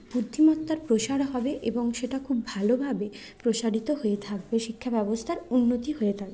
বুদ্ধিমত্তার প্রসার হবে এবং সেটা খুব ভালোভাবে প্রসারিত হয়ে থাকবে শিক্ষা ব্যবস্থার উন্নতি হয়ে থাকবে